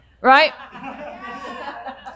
Right